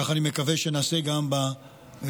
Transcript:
כך אני מקווה שנעשה גם בצפוני.